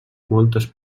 moltes